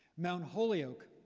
mount holyoke,